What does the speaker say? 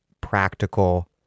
practical